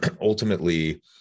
Ultimately